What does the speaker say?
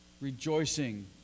rejoicing